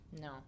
No